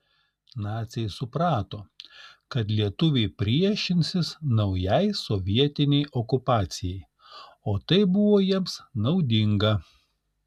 naciai suprato kad lietuviai priešinsis naujai sovietinei okupacijai o tai buvo jiems naudinga